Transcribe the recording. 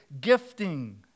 gifting